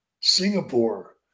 Singapore